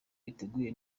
biteguye